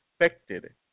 affected